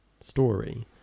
story